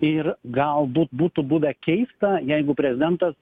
ir galbūt būtų buvę keista jeigu prezidentas